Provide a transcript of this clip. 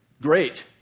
Great